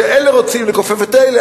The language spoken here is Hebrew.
שאלה רוצים לכופף את אלה.